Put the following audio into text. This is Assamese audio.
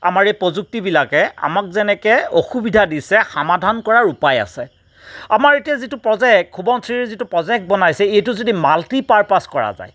আমাৰ এই প্ৰযুক্টিবিলাকে আমাক যেনেকে অসুবিধা দিছে তেনেকে সামাধান কৰাৰ উপায় আছে আমাৰ এতিয়া যিটো প্ৰজেক্ট সোৱণশিৰিৰ যিটো প্ৰজেক্ট বনাইছে এইটো যদি মাল্টি পাৰপাচ কৰা যায়